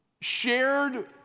shared